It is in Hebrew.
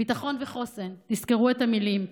ביטחון וחוסן, תזכרו את המילים.